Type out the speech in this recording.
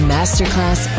Masterclass